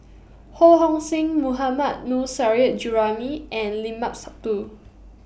Ho Hong Sing Mohammad Nurrasyid Juraimi and Limat Sabtu